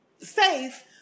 safe